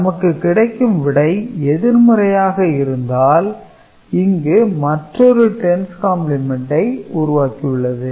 நமக்கு கிடைக்கும் விடை எதிர்மறையாக இருந்தால் இங்கு மற்றொரு 10's கம்பிளிமெண்டை உருவாக்கி உள்ளது